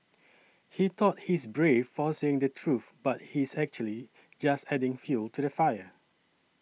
he thought he is brave for saying the truth but he is actually just adding fuel to the fire